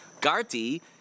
Garti